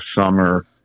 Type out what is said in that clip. summer